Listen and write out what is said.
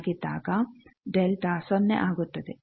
ಆಗಿದ್ದಾಗ ಡೆಲ್ಟಾ ಸೊನ್ನೆ ಆಗುತ್ತದೆ